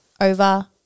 over